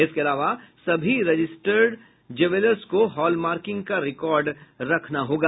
इसके अलावा सभी रजिस्टर ज्वेलरों को हॉलमार्किंग का रिकॉर्ड रखना होगा